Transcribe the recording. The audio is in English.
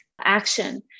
action